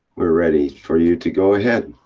we're ready for you to go ahead.